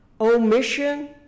omission